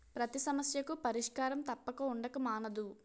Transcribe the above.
పతి సమస్యకు పరిష్కారం తప్పక ఉండక మానదు